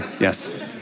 yes